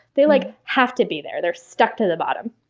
they like have to be there. they're stuck to the bottom.